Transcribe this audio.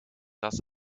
das